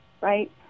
Right